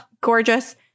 gorgeous